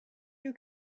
you